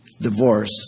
Divorce